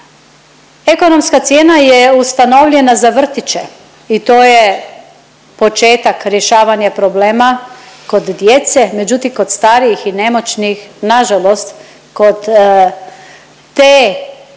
Ekonomska cijena je ustanovljena za vrtiće i to je početak rješavanja problema kod djece, međutim kod starijih i nemoćnih nažalost kod te potrebe